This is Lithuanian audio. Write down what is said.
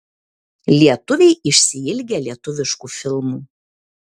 lietuviai išsiilgę lietuviškų filmų